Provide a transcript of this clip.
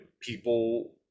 people